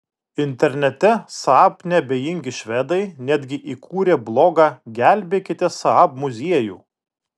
internete saab neabejingi švedai netgi įkūrė blogą gelbėkite saab muziejų